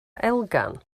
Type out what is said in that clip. elgan